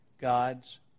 God's